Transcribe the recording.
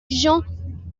jean